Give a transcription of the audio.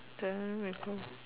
then we go